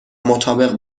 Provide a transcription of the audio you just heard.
مطابق